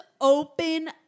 open